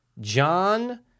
John